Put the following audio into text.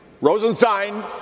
Rosenstein